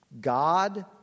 God